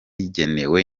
igenewe